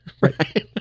Right